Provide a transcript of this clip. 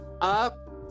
up